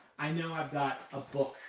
i know i've got a book,